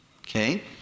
Okay